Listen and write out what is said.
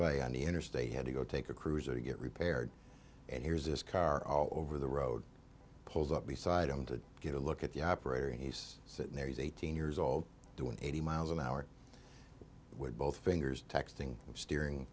chevrolet on the interstate he had to go take a cruiser to get repaired and here's this car all over the road pulls up beside him to get a look at the operator he's sitting there he's eighteen years old doing eighty miles an hour with both fingers texting steering